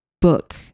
book